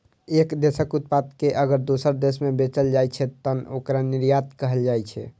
एक देशक उत्पाद कें अगर दोसर देश मे बेचल जाइ छै, तं ओकरा निर्यात कहल जाइ छै